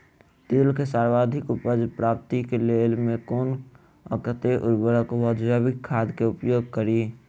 तिल केँ सर्वाधिक उपज प्राप्ति केँ लेल केँ कुन आ कतेक उर्वरक वा जैविक खाद केँ उपयोग करि?